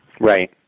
Right